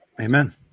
Amen